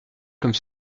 comme